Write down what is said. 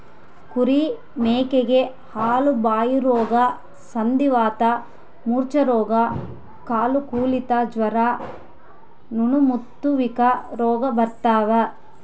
ಕುರಿ ಮೇಕೆಗೆ ಕಾಲುಬಾಯಿರೋಗ ಸಂಧಿವಾತ ಮೂರ್ಛೆರೋಗ ಕಾಲುಕೊಳೆತ ಜ್ವರ ನೊಣಮುತ್ತುವಿಕೆ ರೋಗ ಬರ್ತಾವ